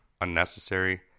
unnecessary